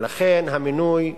ולכן, המינוי נראה,